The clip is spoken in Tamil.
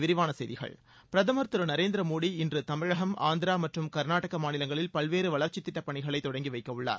விரிவான செய்திகள் பிரதமர் திரு நரேந்திர மோடி இன்று தமிழகம் ஆந்திரா மற்றும் கர்நாடகா மாநிலங்களில் பல்வேறு வளர்ச்சித் திட்டப் பணிகளை தொடங்கி வைக்க உள்ளார்